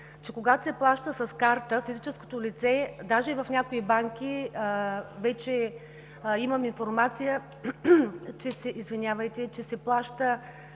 че когато се плаща с карта физическото лице даже и в някои банки – вече имам информация, че се плаща